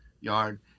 yard